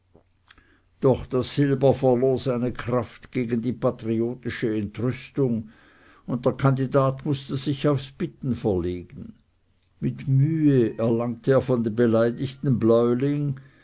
doch das silber verlor seine kraft gegen die patriotische entrüstung und der kandidat mußte sich auf das bitten und flehen legen mit mühe erlangte er von dem beleidigten bläuling